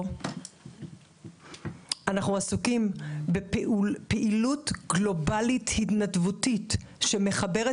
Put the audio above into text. אנחנו עסוקים בפעילות גלובלית התנדבותית שמחברת